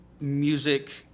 music